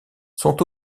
sont